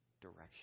direction